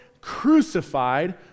crucified